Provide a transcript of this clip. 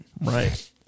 Right